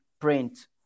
print